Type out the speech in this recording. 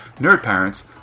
NERDPARENTS